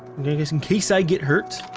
just in case i get hurt.